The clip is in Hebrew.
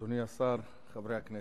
אדוני השר, חברי הכנסת,